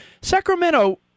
Sacramento